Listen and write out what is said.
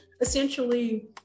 essentially